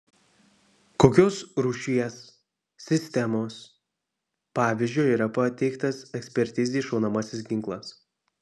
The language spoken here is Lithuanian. kokios rūšies sistemos pavyzdžio yra pateiktas ekspertizei šaunamasis ginklas